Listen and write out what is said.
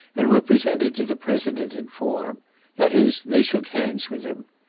and were presented to the president in form that is, they shook hands with him.